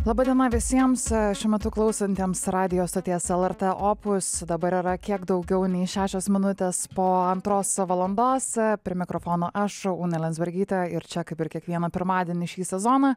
laba diena visiems šiuo metu klausantiems radijo stoties lrt opus dabar yra kiek daugiau nei šešios minutės po antros valandos prie mikrofono aš unė liandzbergytė ir čia kaip ir kiekvieną pirmadienį šį sezoną